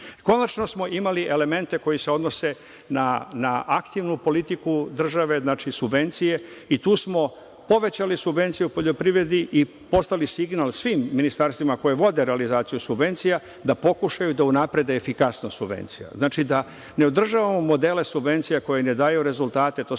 krize. Konačno smo imali elemente koji se odnose na aktivnu politiku države, znači subvencije, i tu smo povećali subvencije u poljoprivredi i poslali signal svim ministarstvima koja vode realizaciju subvencija, da pokušaju da unaprede efikasnost subvencija, znači, da ne održavamo modele subvencija koji ne daju rezultate, to se